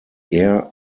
air